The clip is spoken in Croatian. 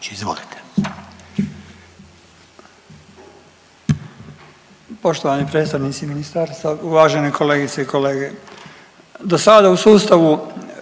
Poštovani predstavnici ministarstva, uvažene kolegice i kolege. Dosada u sustavu